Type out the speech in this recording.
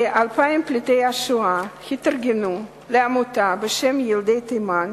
כ-2,000 פליטי השואה התארגנו לעמותה בשם "ילדי מלחמה"